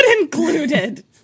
included